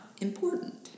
important